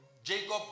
Jacob